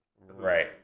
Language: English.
Right